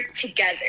together